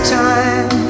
time